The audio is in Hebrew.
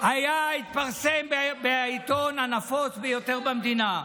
התפרסם בעיתון הנפוץ ביותר במדינה: